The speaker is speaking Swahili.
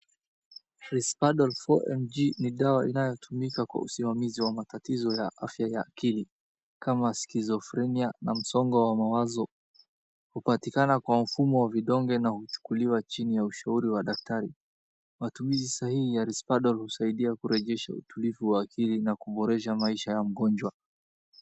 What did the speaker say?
Risperdal 4mg ni dawa inayotumika kwa usimamizi wa matatizo ya afya akili kama Schizophrenia na msongo wa mawazo, hupatikana kwa mfumo wa vidonge na huchukuliwa chini ya ushauri wa daktari. Matumizi sahihi ya Risperdal husaidia kurejesha utulivu wa akili na kuboresha maisha ya mgonjwa.